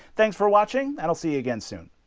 thanks for watching i will see you again soon